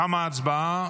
תמה ההצבעה.